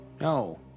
No